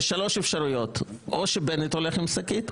יש שלוש אפשרויות: או שבנט הולך עם שקית,